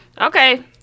Okay